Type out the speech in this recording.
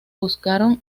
buscaron